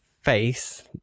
face